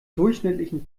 durchschnittlichen